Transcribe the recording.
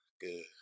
Good